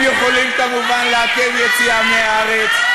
הם יכולים כמובן לעכב יציאה מהארץ.